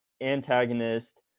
antagonist